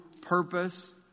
purpose